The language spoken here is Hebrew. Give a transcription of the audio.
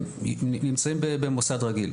נמצאים במוסד רגיל,